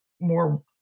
more